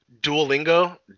Duolingo